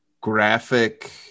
graphic